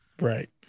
right